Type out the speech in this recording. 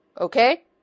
Okay